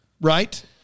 Right